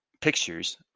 pictures